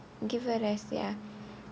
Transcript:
give her rest ya